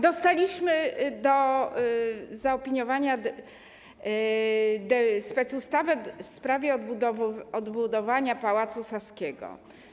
Dostaliśmy do zaopiniowania specustawę w sprawie odbudowania Pałacu Saskiego.